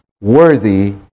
worthy